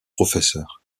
professeur